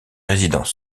résidences